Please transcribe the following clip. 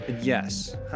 Yes